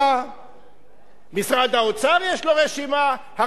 משרד האוצר יש לו רשימה, הרשימות לא נפגשות.